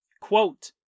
Quote